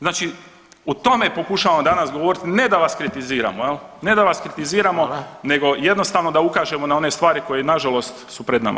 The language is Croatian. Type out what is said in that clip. Znači o tome pokušavamo danas govoriti, ne da vas kritiziramo, ne da vas kritiziramo [[Upadica: Hvala.]] nego jednostavno da ukažemo na one stvari koje nažalost su pred nama.